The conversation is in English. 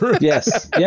yes